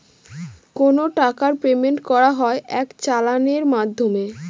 কোনো টাকার পেমেন্ট করা হয় এক চালানের মাধ্যমে